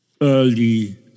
early